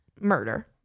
murder